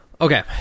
Okay